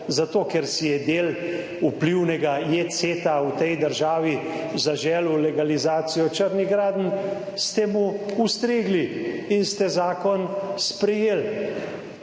Zato ker si je del vplivnega / nerazumljivo/ v tej državi zaželel legalizacijo črnih gradenj, ste mu ustregli in ste zakon sprejeli.